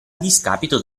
discapito